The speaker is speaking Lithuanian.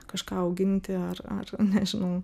kažką auginti ar ar nežinau